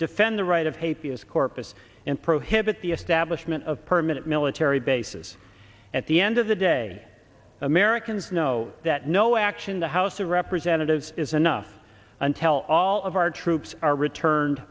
defend the right of papers corpus and prohibit the establishment of permanent military bases at the end of the day americans know that no action the house of representatives is enough and tell all of our troops are returned